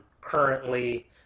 currently